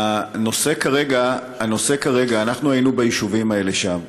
הנושא כרגע, אנחנו היינו ביישובים האלה שם.